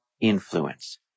influence